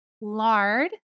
lard